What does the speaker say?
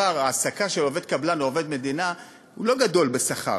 הפער בהעסקה של עובד קבלן או עובד מדינה הוא לא גדול בשכר.